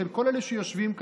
של כל אלה שיושבים כאן,